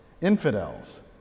infidels